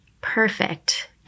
perfect